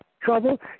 trouble